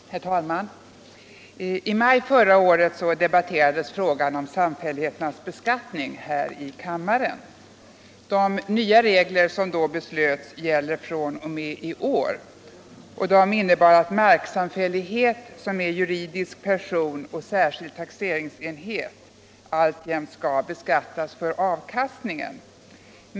Herr talman! I maj förra året debatterades frågan om samfälligheternas beskattning här i kammaren. De nya regler som då beslöts och som gäller fr.o.m. i år innebär att marksamfällighet som är juridisk person och särskild taxeringsenhet alltjämt skall beskattas för avkastningen.